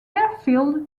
airfield